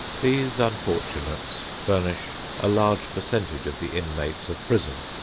these unfortunates furnish a large percentage of the inmates of prison,